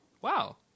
Wow